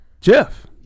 Jeff